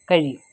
കഴിയും